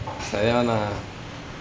it's like that [one] ah